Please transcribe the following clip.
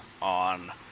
on